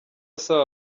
asaba